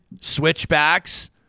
switchbacks